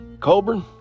Colburn